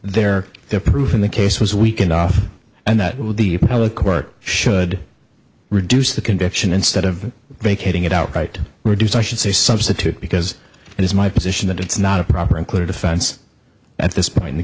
they're there proving the case was weak and off and that the other court should reduce the conviction instead of vacating it outright reduce i should say substitute because it is my position that it's not a proper included offense at this point in the